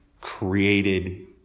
created